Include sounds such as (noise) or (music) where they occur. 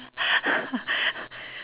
(laughs)